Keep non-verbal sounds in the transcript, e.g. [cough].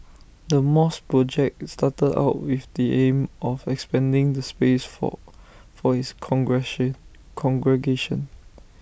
[noise] the mosque project started out with the aim of expanding the space for for its [unintelligible] congregation